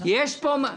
יש פה?